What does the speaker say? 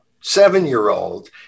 seven-year-old